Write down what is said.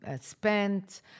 spent